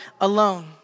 alone